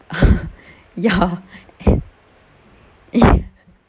ya ya